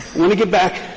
want to get back,